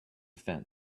fence